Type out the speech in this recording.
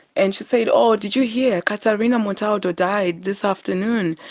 and she said, oh, did you hear, caterina montalto died this afternoon,